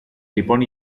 λοιπόν